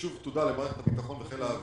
ושוב תודה למערכת הביטחון ולחיל האוויר,